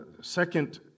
second